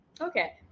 Okay